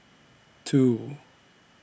two